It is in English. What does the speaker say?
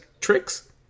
Tricks